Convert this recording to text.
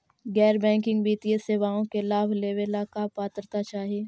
गैर बैंकिंग वित्तीय सेवाओं के लाभ लेवेला का पात्रता चाही?